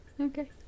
okay